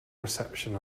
reception